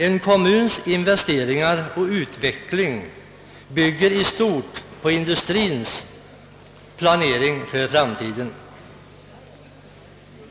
En kommuns investeringar och utveckling bygger i stort på industriens planering för framtiden.